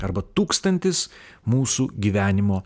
arba tūkstantis mūsų gyvenimo